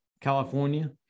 California